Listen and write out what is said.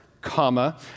comma